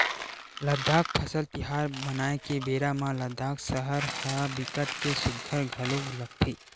लद्दाख फसल तिहार मनाए के बेरा म लद्दाख सहर ह बिकट के सुग्घर घलोक लगथे